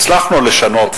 שהצלחנו לשנות את רוע הגזירה,